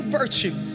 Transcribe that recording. virtue